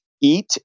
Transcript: eat